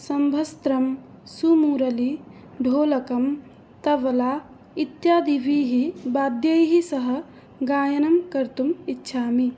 सम्भस्त्रं सुमुरलि ढोलकं तबला इत्यादिभिः वाद्यैः सह गायनं कर्तुम् इच्छामि